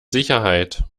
sicherheit